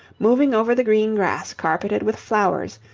moving over the green grass carpeted with flowers,